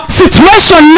situation